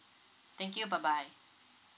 thank you bye bye